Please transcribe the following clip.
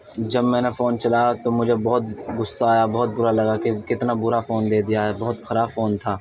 جب میں نے فون چلایا تو مجھے بہت غصہ آیا بہت برا لگا کہ کتنا برا فون دے دیا ہے بہت خراب فون تھا